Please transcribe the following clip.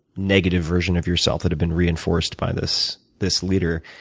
negative version of yourself that had been reinforced by this this leader.